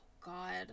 god